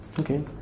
Okay